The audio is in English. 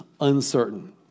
uncertain